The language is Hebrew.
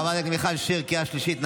חברת הכנסת מיכל שיר, קריאה שלישית.